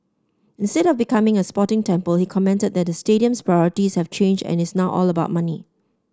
instead of becoming a sporting temple he commented that the stadium's priorities have changed and it's now all about money